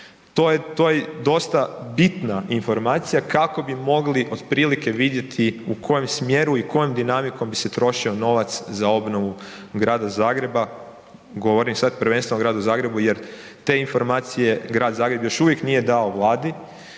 To je dosta bitna informacija, kako bi mogli otprilike vidjeti u kojem smjeru i kojoj dinamikom bi se trošio novac za obnovu grada Zagreba, govorim sad prvenstveno gradu Zagrebu jer te informacije grad Zagreb još uvijek nije dao Vladi